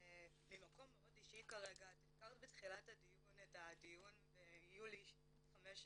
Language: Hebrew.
ממקום מאוד אישי כרגע את הזכרת בתחילת הדיון את הדיון ביולי 15',